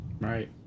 right